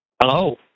Hello